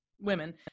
women